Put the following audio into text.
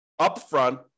upfront